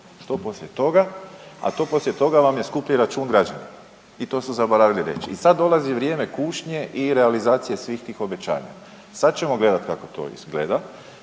Što poslije toga, a to poslije toga vam je skuplji račun građanima i to su zaboravili reći i sad dolazi vrijeme kušnje i realizacije svih tih obećanja. Sad ćemo gledati kako to izgleda.